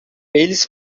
eles